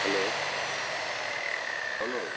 hello বলো